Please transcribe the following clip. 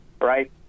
right